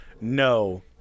no